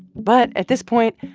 but at this point,